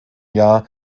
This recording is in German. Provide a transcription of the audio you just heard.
jahr